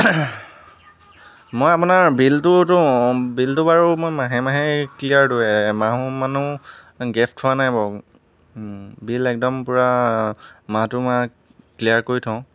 মই আপোনাৰ বিলতোটো বিলতো বাৰু মই মাহে মাহে ক্লিয়াৰ দিওঁ এমাহো মানো গেপ থোৱা নাই বাৰু বিল একদম পুৰা মাহটো মই ক্লিয়াৰ কৰি থওঁ